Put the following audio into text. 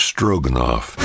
Stroganoff